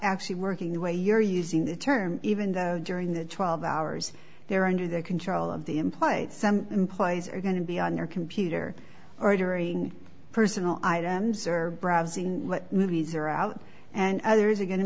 actually working the way you're using the term even though during the twelve hours they're under the control of the employed some employees are going to be on your computer ordering personal items or browsing movies are out and others are going to